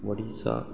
Odisha